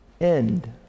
end